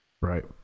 Right